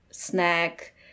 snack